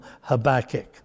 Habakkuk